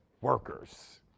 workers